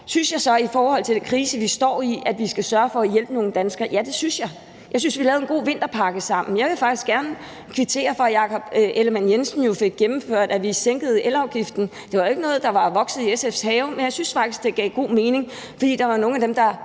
Synes jeg så i forhold til den krise, vi står i, at vi skal sørge for at hjælpe nogle danskere? Ja, det synes jeg. Jeg synes, vi lavede en god vinterpakke sammen. Jeg vil faktisk gerne kvittere for, at hr. Jakob Ellemann-Jensen jo fik gennemført, at vi sænkede elafgiften. Det var ikke noget, der var vokset i SF's have, men jeg synes faktisk, det gav god mening, fordi der er nogle af dem, der